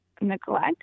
neglect